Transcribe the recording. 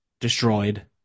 destroyed